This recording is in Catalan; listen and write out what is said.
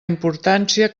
importància